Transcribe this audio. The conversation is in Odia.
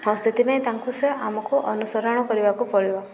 ହଉ ସେଥିପାଇଁ ତାଙ୍କୁ ସେ ଆମକୁ ଅନୁସରଣ କରିବାକୁ ପଡ଼ିବ